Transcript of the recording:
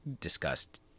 discussed